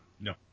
No